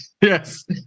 Yes